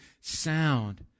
sound